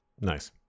nice